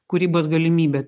kūrybos galimybę